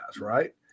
right